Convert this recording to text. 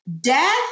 death